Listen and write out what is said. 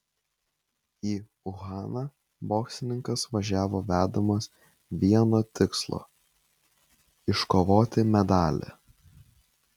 į uhaną boksininkas važiavo vedamas vieno tikslo iškovoti medalį